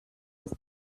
ist